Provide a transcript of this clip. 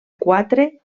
quatre